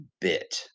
bit